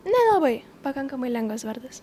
ne nelabai pakankamai lengvas vardas